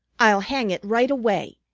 i'll hang it right away.